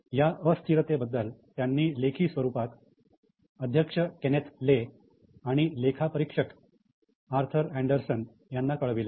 या अस्थिरतेबद्दल त्यांनी लेखी स्वरूपात अध्यक्ष केनेथ ले आणि लेखा परीक्षक अथर अँडरसेन यांना कळविले